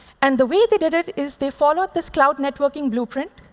and the way they did it is they followed this cloud networking blueprint.